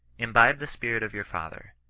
imbibe the spirit of your father.